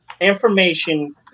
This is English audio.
information